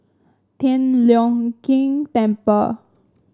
Tian Leong Keng Temple